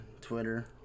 twitter